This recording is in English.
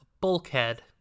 Bulkhead